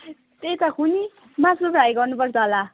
त्यहीँ त कुनि मासु फ्राइ गर्नुपर्छ होला